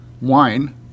wine